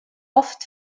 oft